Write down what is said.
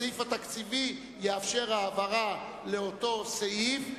הסעיף התקציבי יאפשר העברה לאותו סעיף,